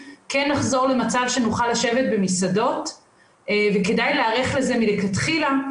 כן נחזור למצב שנוכל לשבת במסעדות וכדי להיערך לזה מלכתחילה,